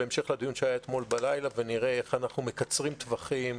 בהמשך לדיון שהיה אתמול בלילה ונראה איך אנחנו מקצרים טווחים.